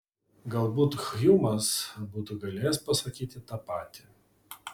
galbūt hjumas būtų galėjęs pasakyti tą patį